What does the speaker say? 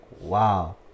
wow